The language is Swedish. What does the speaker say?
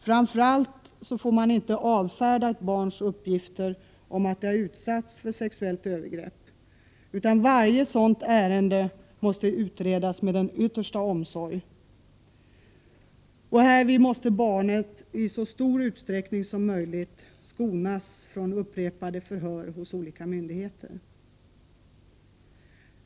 Framför allt får man inte avfärda ett barns uppgifter om att det har utsatts för sexuellt övergrepp, utan varje sådant ärende måste utredas med yttersta omsorg. Härvid måste barnet i så stor utsträckning som möjligt skonas från upprepade förhör hos olika myndigheter.